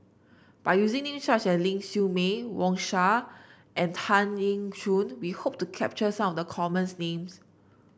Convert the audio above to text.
by using name such as Ling Siew May Wang Sha and Tan Eng Yoon we hope to capture some of the commons names